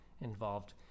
involved